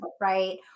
right